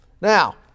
Now